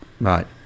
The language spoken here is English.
right